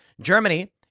Germany